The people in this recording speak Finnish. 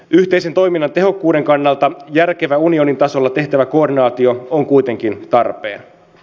yhteisen toiminnan tehokkuuden kannalta järkevä unionin tasolla tehtävä koordinaatio on kuitenkin tarpeen